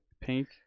pink